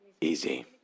easy